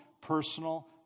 personal